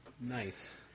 Nice